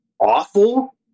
awful